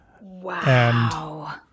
Wow